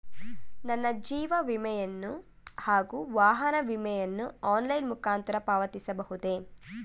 ನನ್ನ ಜೀವ ವಿಮೆಯನ್ನು ಹಾಗೂ ವಾಹನ ವಿಮೆಯನ್ನು ಆನ್ಲೈನ್ ಮುಖಾಂತರ ಪಾವತಿಸಬಹುದೇ?